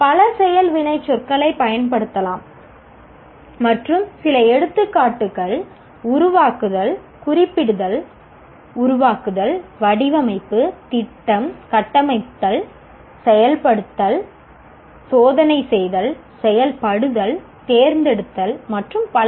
பல செயல் வினைச்சொற்களைப் பயன்படுத்தலாம் மற்றும் சில எடுத்துக்காட்டுகள் உருவாக்குதல் குறிப்பிடுதல் உருவாக்குதல் வடிவமைப்பு திட்டம் கட்டமைத்தல் செயல்படுத்துதல் சோதனை செய்தல் செயல்படுதல் தேர்ந்தெடுத்தல் மற்றும் பல